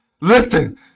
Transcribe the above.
listen